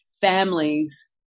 families